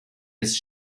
his